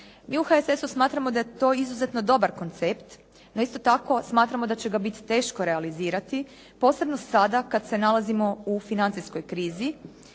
Mi u HSS-u smatramo da je to izuzetno dobar koncept, no isto tako smatramo da će ga biti teško realizirati posebno sada kad se nalazimo u financijskoj krizi,